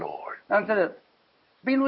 Lord